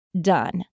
done